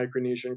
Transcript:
Micronesian